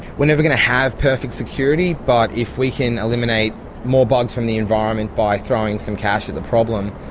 we're never going to have perfect security, but if we can eliminate more bugs from the environment by throwing some cash at the problem,